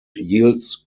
yields